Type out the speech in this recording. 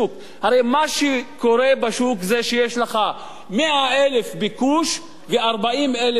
הרי מה שקורה בשוק זה שיש לך 100,000 ביקוש ו-40,000 היצע.